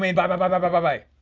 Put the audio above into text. i mean buy buy buy buy buy buy buy!